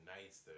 nights